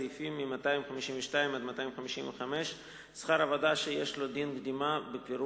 סעיפים 252 255 (שכר עבודה שיש לו דין קדימה בפירוק/פש"ר).